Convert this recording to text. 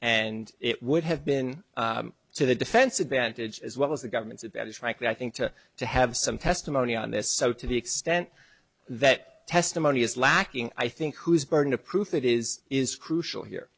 and it would have been to the defense advantage as well as the government's at that is frankly i think to to have some testimony on this so to the extent that testimony is lacking i think whose burden of proof that is is crucial here